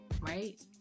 right